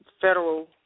federal